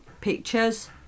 pictures